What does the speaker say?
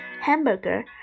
hamburger